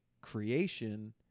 creation